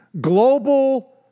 global